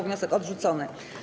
Wniosek odrzucony.